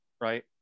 right